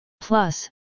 Plus